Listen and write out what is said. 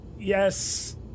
Yes